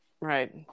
Right